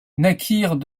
naquirent